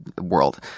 world